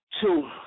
two